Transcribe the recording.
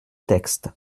texte